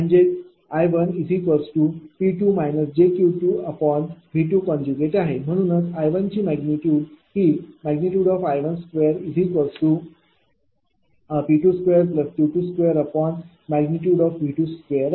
म्हणजेच I1P2 jQV2 आहे म्हणून I1ची मॅग्निट्यूड I12P22Q2V22आहे